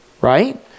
right